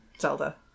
Zelda